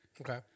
Okay